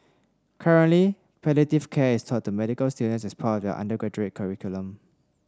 currently palliative care is taught to medical students as part of their undergraduate curriculum